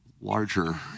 larger